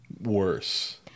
worse